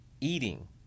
eating